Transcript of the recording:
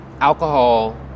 alcohol